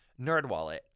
Nerdwallet